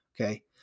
okay